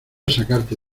sacarte